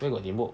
where got tembok